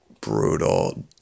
brutal